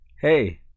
Hey